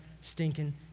stinking